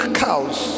cows